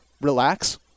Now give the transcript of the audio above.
relax